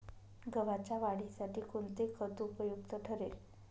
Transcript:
गव्हाच्या वाढीसाठी कोणते खत उपयुक्त ठरेल?